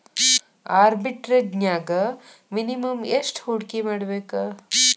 ಆರ್ಬಿಟ್ರೆಜ್ನ್ಯಾಗ್ ಮಿನಿಮಮ್ ಯೆಷ್ಟ್ ಹೂಡ್ಕಿಮಾಡ್ಬೇಕ್?